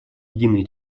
единой